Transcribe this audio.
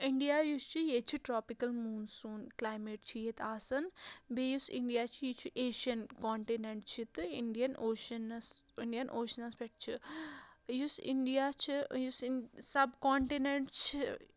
India یُس چھُ ییٚتہِ چھُ ٹرٛاپِکَل موٗنسوٗن کٕلایمیٹ چھِ ییٚتہِ آسان بیٚیہِ یُس اِنڈیا چھُ یہِ چھُ ایشَن کونٹِنینٛٹ چھُ تہٕ اِنڈَین اوشَنَس اِنڈَین اوشنَس پؠٹھ چھِ یُس اِنڈیا چھِ یُس اِن سَب کونٹِنٮ۪نٛٹ چھِ